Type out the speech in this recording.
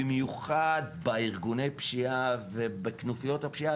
במיוחד בארגוני הפשיעה ובכנופיות הפשיעה,